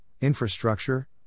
infrastructure